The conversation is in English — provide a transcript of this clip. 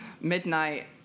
Midnight